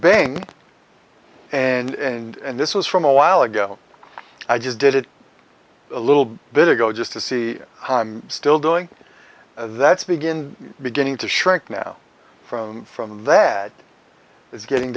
ben and this was from a while ago i just did it a little bit ago just to see how i'm still doing that's begin beginning to shrink now from from that it's getting